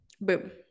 Boom